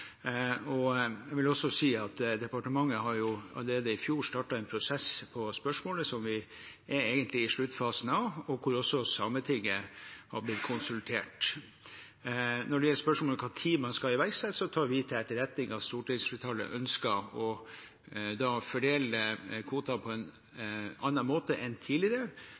Jeg vil også si at departementet allerede i fjor startet en prosess på spørsmålet, som vi egentlig er i sluttfasen av, og der også Sametinget har blitt konsultert. Når det gjelder spørsmålet om når man skal iverksette, tar vi til etterretning at stortingsflertallet ønsker å fordele kvoter på en annen måte enn tidligere,